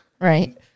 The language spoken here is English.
Right